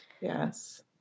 Yes